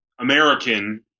American